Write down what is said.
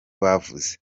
bavuze